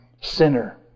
sinner